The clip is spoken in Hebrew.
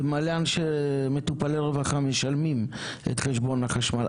ומלא מטופלי רווחה משלמים את חשבון החשמל,